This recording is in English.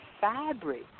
fabric